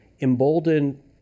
embolden